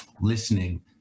listening